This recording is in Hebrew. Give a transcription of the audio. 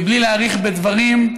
מבלי להאריך בדברים,